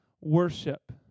worship